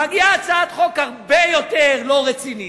מגיעה הצעת חוק הרבה יותר לא רצינית,